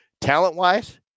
talent-wise